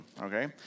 okay